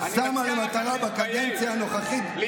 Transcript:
שמה לה למטרה בקדנציה הנוכחית, מי ימנה?